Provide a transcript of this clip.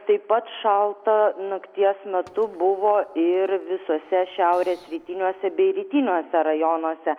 taip pat šalta nakties metu buvo ir visuose šiaurės rytiniuose bei rytiniuose rajonuose